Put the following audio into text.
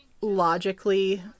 logically